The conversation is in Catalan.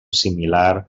similar